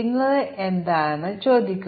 അതിനാൽ ഇത് ഫലപ്രദമാണ്